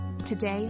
Today